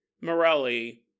Morelli